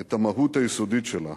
את המהות היסודית שלה.